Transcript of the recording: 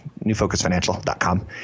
newfocusfinancial.com